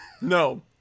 No